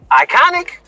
Iconic